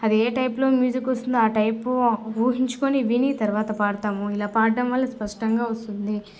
అదే టైపులో మ్యూజిక్ వస్తుందో ఆ టైపు ఊహించుకొని విని తర్వాత పాడతాము ఇలా పాడడం వల్ల స్పష్టంగా వస్తుంది